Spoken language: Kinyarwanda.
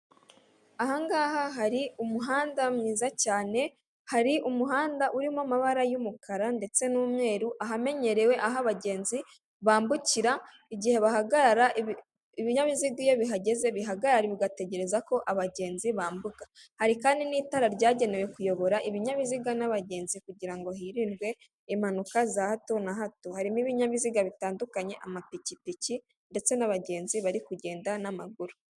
Ahangaha hari umuhanda mwiza cyane hari umuhanda urimo amabara y'umukara ndetse n'umweru ahamenyerewe aho abagenzi bambukira igihe bahagarara ibinyabiziga iyo bihahaga bihagarara ugategereza ko abagenzi bambuka, hari kandi n'itara ryagenewe kuyobora ibinyabiziga n'abagenzi kugirango hirindwe impanuka za hato na hato harimo ibinyabiziga bitandukanye amapikipiki ndetse n'abagenzi bari kugenda n'amaguru.